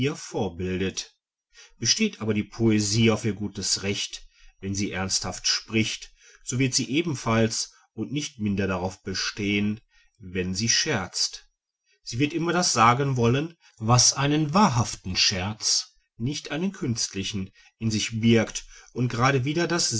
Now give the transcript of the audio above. vorbildet besteht aber die poesie auf ihr gutes recht wenn sie ernsthaft spricht so wird sie ebenfalls und nicht minder darauf bestehn wenn sie scherzt sie wird immer das sagen wollen was einen wahrhaften scherz nicht einen künstlichen in sich birgt und gerade wieder dieses